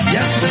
Yes